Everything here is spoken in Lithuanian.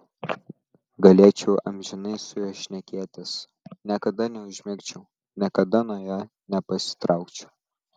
galėčiau amžinai su juo šnekėtis niekada neužmigčiau niekada nuo jo nepasitraukčiau